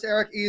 Eric